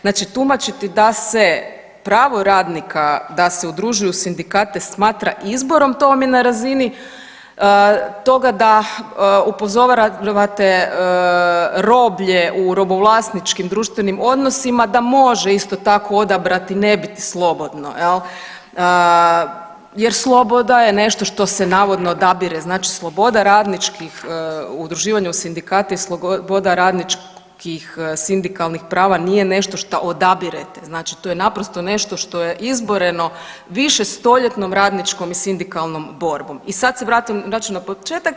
Znači tumačiti da se pravo radnika da se udružuje u sindikate smatra izborom, to vam je na razini toga da upozoravate roblje u robovlasničkim društvenim odnosima da može, isto tako, odabrati ne biti slobodno, je li, jer sloboda je nešto što se navodno odabire, znači sloboda radničkih udruživanja u sindikate i sloboda radničkih sindikalnih prava nije nešto što odabirete, znači to je naprosto nešto što je izboreno višestoljetnom radničkom i sindikalnom borbom i sad se vraćam na početak.